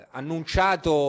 annunciato